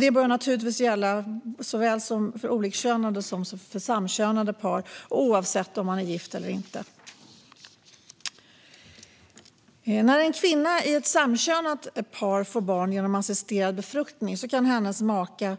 Det bör naturligtvis gälla för såväl olikkönade som samkönade par och oavsett om man är gift eller inte. När en kvinna i ett samkönat par får barn genom assisterad befruktning kan hennes maka,